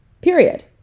Period